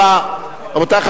2010,